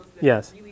Yes